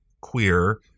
queer